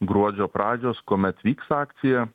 gruodžio pradžios kuomet vyks akcija